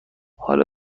حال